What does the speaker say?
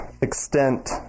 extent